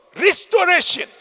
restoration